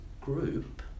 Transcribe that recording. group